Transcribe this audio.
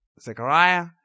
Zechariah